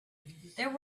there